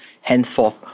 Henceforth